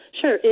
Sure